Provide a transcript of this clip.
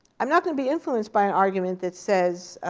i'm not going to be influenced by an argument that says,